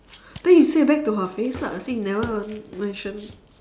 then you say back to her face lah say you never mention